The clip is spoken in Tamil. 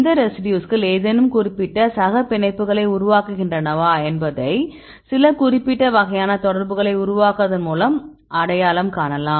இந்த ரெசிடியூஸ்கள் ஏதேனும் குறிப்பிட்ட சகபிணைப்புகளை உருவாக்குகின்றனவா என்பதை சில குறிப்பிட்ட வகையான தொடர்புகளை உருவாக்குவதன் மூலம் அடையாளம் காணலாம்